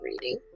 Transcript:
reading